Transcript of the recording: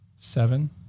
Seven